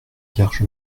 vierge